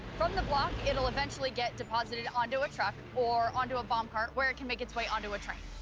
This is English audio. from the block, it'll eventually get deposited onto a truck or onto a bomb cart, where it can make its way onto a train.